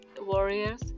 warriors